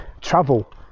travel